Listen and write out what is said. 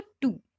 two